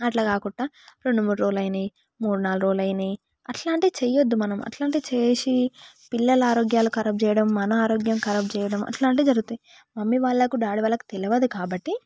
అట్లా కాకుండా రెండు మూడు రోజులు అయినాయి మూడు నాలుగు రోజులు అయినాయి అట్లా అలాంటి చేయద్దు మనము అలాంటివి చేసి పిల్లల ఆరోగ్యాలు కా ఖరాబ్ చేయడం మన ఆరోగ్యం కరాబ్ చేయడం అట్లాంటి జరుగుతాయి మమ్మీ వాళ్ళ కు డాడీ వాళ్ళకు తెలియదు కాబట్టి